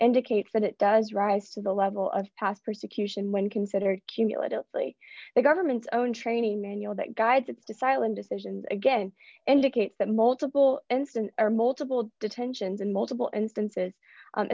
indicates that it does rise to the level of past persecution when considered cumulatively the government own training manual that guides its to silent decisions again indicates that multiple incident or multiple detentions in multiple instances